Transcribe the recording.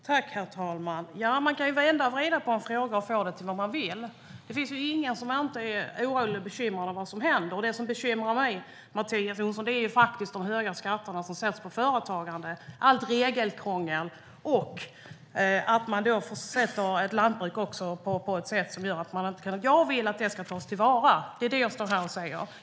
Herr talman! Ja, man kan vända och vrida på en fråga och få det till vad man vill. Det finns ingen som inte är orolig och bekymrad över vad som händer. Det som bekymrar mig, Mattias Jonsson, är faktiskt de höga skatterna som sätts på företagande och allt regelkrångel och att man försätter ett lantbruk i detta på det här sättet. Jag vill att det här ska tas till vara. Det är det jag står här och säger.